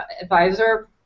Advisor